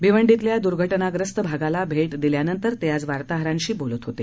भिवंडीतल्या दूर्घटनाग्रस्त भागाला भेट दिल्यानंतर ते आज वार्ताहरांशी बोलत होते